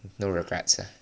no regrets eh